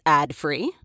ad-free